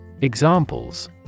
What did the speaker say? Examples